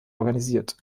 organisiert